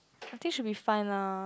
I think should be fun lah